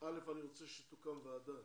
אני רוצה שתוקם ועדת